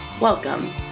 welcome